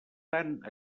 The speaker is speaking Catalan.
tant